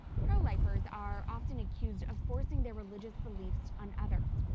pro-lifers are often accused of forcing their religious beliefs on others.